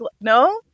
No